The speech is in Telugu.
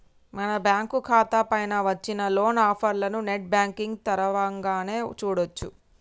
మన బ్యాంకు ఖాతా పైన వచ్చిన లోన్ ఆఫర్లను నెట్ బ్యాంకింగ్ తరవంగానే చూడొచ్చు